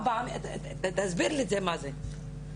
תסביר לי מה זה?